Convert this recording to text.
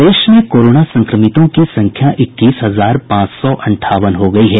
प्रदेश में कोरोना संक्रमितों की संख्या इक्कीस हजार पांच सौ अंठावन हो गयी है